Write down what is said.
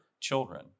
children